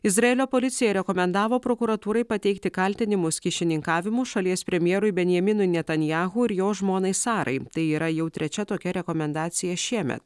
izraelio policija rekomendavo prokuratūrai pateikti kaltinimus kyšininkavimu šalies premjerui benjaminui netanjahu ir jo žmonai sarai tai yra jau trečia tokia rekomendacija šiemet